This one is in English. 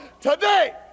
today